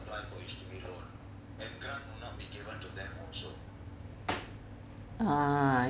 uh I